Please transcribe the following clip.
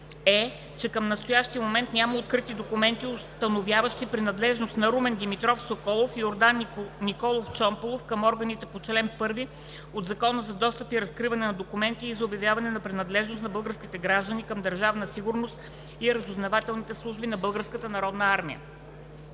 е, че към настоящия момент няма открити документи, установяващи принадлежност на Румен Димитров Соколов и на Йордан Николов Чомпалов към органите по чл. 1 от Закона за достъп и разкриване на документите, и за обявяване на принадлежност на български граждани към Държавна сигурност и разузнавателните служби на